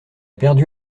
perdu